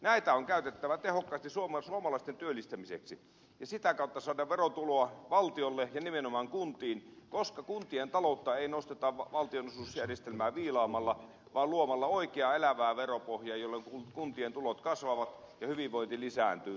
näitä on käytettävä tehokkaasti suomalaisten työllistämiseksi ja sitä kautta saadaan verotuloa valtiolle ja nimenomaan kuntiin koska kuntien taloutta ei nosteta valtionosuusjärjestelmää viilaamalla vaan luomalla oikeaa elävää veropohjaa jolloin kuntien tulot kasvavat ja hyvinvointi lisääntyy